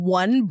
one